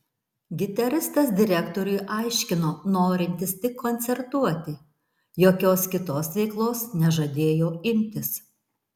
gitaristas direktoriui aiškino norintis tik koncertuoti jokios kitos veiklos nežadėjo imtis